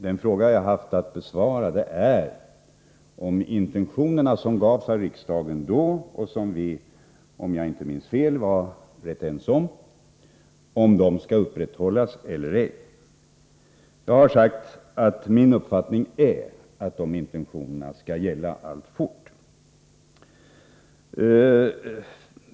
Den fråga jag haft att besvara gäller om riksdagens intentioner — som vi såvitt jag minns var ense om -— skall upprätthållas eller ej. Jag har sagt att min uppfattning är att dessa intentioner skall gälla alltfort.